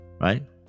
right